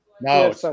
No